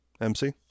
mc